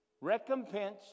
Recompense